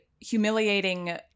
humiliating